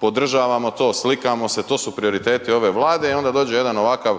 podržavamo to, slikamo se, to su prioriteti ove Vlade i onda dođe jedan ovakav